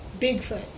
Bigfoot